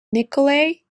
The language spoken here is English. nikolay